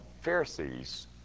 Pharisees